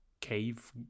Cave